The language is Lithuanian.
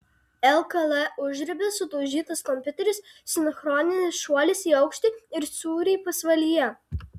lkl užribis sudaužytas kompiuteris sinchroninis šuolis į aukštį ir sūriai pasvalyje